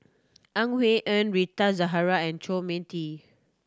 Ang Wei Neng Rita Zahara and Chu Mia Tee